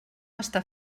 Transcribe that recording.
està